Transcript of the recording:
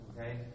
Okay